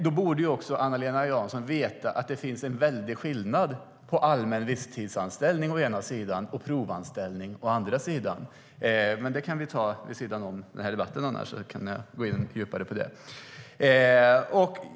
Då borde Eva-Lena Jansson också veta att det är en väldig skillnad på allmän visstidsanställning å ena sidan och provanställning å andra sidan. Det kan vi annars ta vid sidan om den här debatten; då kan jag gå in djupare på det.